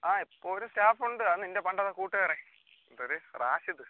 ആ ഇപ്പം ഒരു സ്റ്റാഫ് ഉണ്ട് ആ നിൻ്റെ പണ്ടത്തെ കൂട്ടുകാരൻ എന്താ ഒരു റാഷിദ്